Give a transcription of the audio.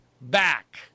back